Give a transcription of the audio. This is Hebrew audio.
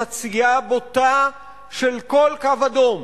חצייה בוטה של כל קו אדום